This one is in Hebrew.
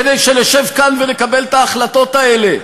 כדי שנשב כאן ונקבל את ההחלטות האלה,